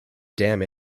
damn